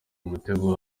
mutego